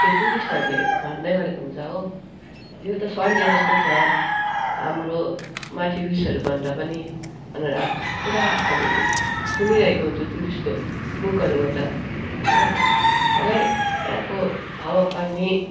त्यो टुरिस्टहरूले भन्दै गरेको हुन्छ हो यो त स्वर्ग जस्तो छ हाम्रो माथि उइसहरू भन्दा पनि भनेर पुरा हामीले सुनिरहेको हुन्छु टुरिस्टको मुखहरूबाट हो मलाई यहाँको हवा पानी